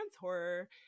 horror